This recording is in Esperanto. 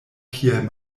kiel